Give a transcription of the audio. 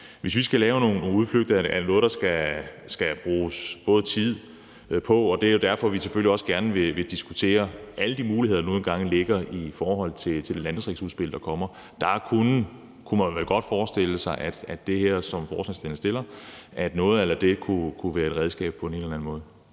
Hvis vi skal lave udflytninger, er det noget, der skal bruges tid på, og det er derfor, vi selvfølgelig også gerne vil diskutere alle de muligheder, der nu engang ligger i forhold til det landdistriktsudspil, der kommer. Der kunne man vel godt forestille sig, at noget a la det, som forslagsstillerne kommer med, kunne være et redskab på en eller anden måde.